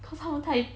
cause 他们太